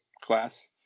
class